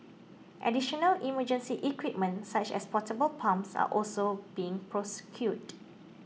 additional emergency equipment such as portable pumps are also being procured